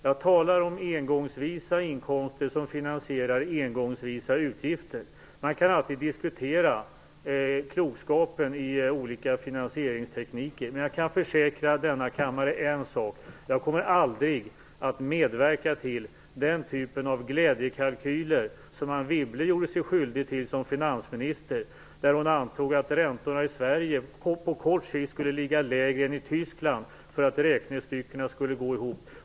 Jag talar om engångsvisa inkomster som finansierar engångsvisa utgifter. Man kan alltid diskutera klokskapen i olika finansieringstekniker, men jag kan försäkra denna kammare en sak: Jag kommer aldrig att medverka till den typen av glädjekalkyler som Anne Wibble gjorde sig skyldig till som finansminister, där hon antog att räntorna i Sverige på kort sikt skulle ligga lägre än i Tyskland för att räknestyckena skulle gå ihop.